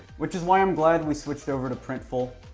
which is why i'm glad we switched over to printful,